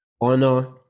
honor